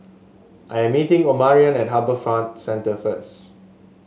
I am meeting Omarion at HarbourFront Centre first